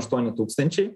aštuoni tūkstančiai